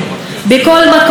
בכל מקום,